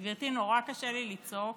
גברתי, נורא קשה לי לצעוק.